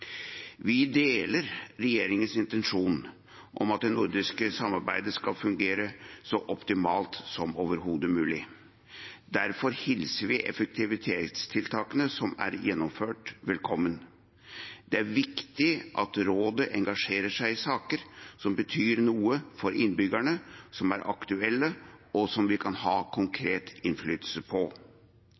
Vi deler regjeringens intensjon om at det nordiske samarbeidet skal fungere så optimalt som overhodet mulig. Derfor hilser vi effektivitetstiltakene som er gjennomført, velkommen. Det er viktig at Rådet engasjerer seg i saker som betyr noe for innbyggerne, som er aktuelle, og som vi kan ha konkret innflytelse på.